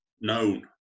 known